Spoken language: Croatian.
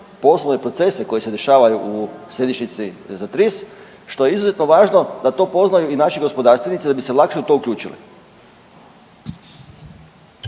poslovne procese koji se dešavaju u središnji za TRIS što je izuzetno važno da to poznaju i naši gospodarstvenici da bi se lakše u to uključili.